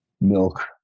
milk